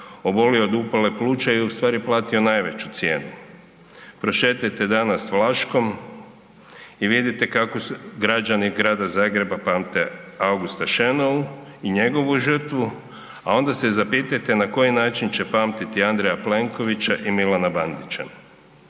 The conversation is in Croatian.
obolio od upale pluća i ustvari platio najveću cijenu. Prošetajte danas Vlaškom i vidite kako su građani Grada Zagreba pamte Augusta Šenou i njegovu žrtvu, a onda se zapitajte na koji način će pamtiti Andreja Plenkovića i Milana Bandića.